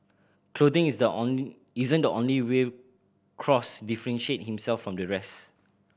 clothing is the isn't the only way Cross differentiate himself from the rest